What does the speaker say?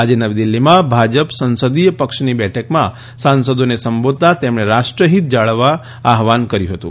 આજે નવી દીલ્ફીમાં ભાજપ સંસદિય પક્ષની બેઠકમાં સાંસદોને સંબોધતાં તેમણે રાષ્ટ્રહીત જાળવવા આહવાન કર્યું હતું